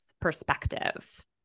perspective